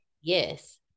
Yes